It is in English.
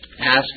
ask